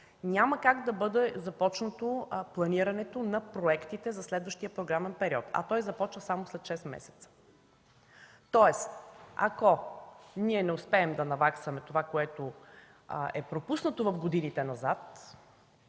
няма как да бъде започнато планирането на проектите за следващия програмен период, а той започва само след шест месеца. Тоест ако ние не успеем да наваксаме това, което е пропуснато в годините назад,